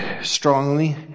strongly